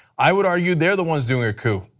i would argue they are the ones doing a coup.